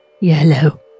yellow